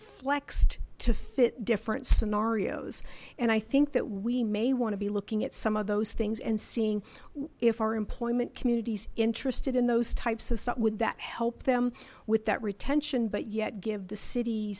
flexed to fit different scenarios and i think that we may want to be looking at some of those things and seeing if our employment communities interested in those types of that would that help them with that retention but yet give the city